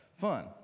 fun